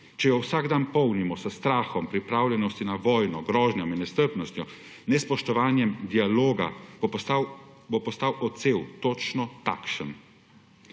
Če jo vsak dan polnimo s strahom, pripravljenostjo na vojno, grožnjami, nestrpnostjo, nespoštovanjem dialoga, bo postal odsev točno takšen.